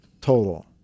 total